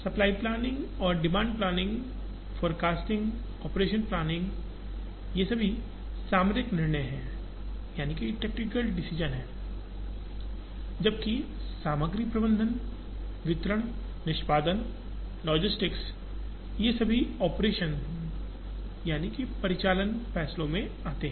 supply planning demand planning forecasting operations planning सभी सामरिक निर्णय होते हैं जबकि सामग्री प्रबंधन वितरण निष्पादन लॉजिस्टिक्स ये सभी ऑपरेशनलपरिचालन फैसलों में आते हैं